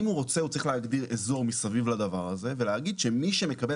אם הוא רוצה הוא צריך להגיד אזור מסביב לדבר הזה ולהגיד שמי שמקבל,